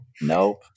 nope